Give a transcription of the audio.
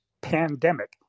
pandemic